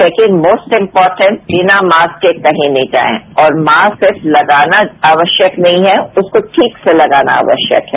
second most important बिना mask के कहीं नहीं जाएं और मास्क सिर्फ लगाना आवश्यक नहीं है उसको ठीक से लगाना आवश्यक है